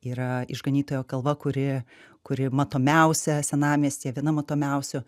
yra išganytojo kalva kuri kuri matomiausia senamiestyje viena matomiausių